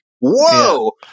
whoa